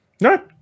No